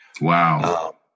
Wow